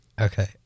Okay